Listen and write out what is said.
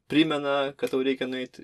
primena kad tau reikia nueit